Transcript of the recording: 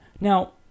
now